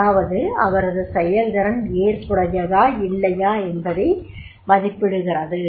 அதாவது அவரது செயல்திறன் ஏற்புடையதா இல்லையா என்பதை மதிப்பிடுகிறது